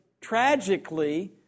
tragically